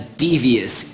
devious